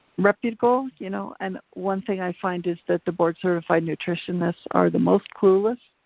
reputable, you know and one thing i find is that the board-certified nutritionists are the most clueless